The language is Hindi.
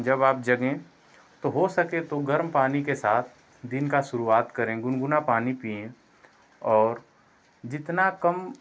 जब आप जगें तो हो सके तो गर्म पानी के साथ दिन का शुरुवात करें गुनगुना पानी पिए और जितना कम